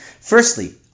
Firstly